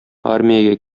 армиягә